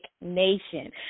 Nation